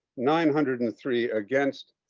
nine hundred and three against.